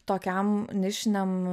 tokiam nišiniam